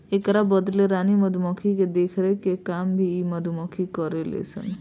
एकरा बदले रानी मधुमक्खी के देखरेख के काम भी इ मधुमक्खी करेले सन